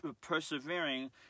persevering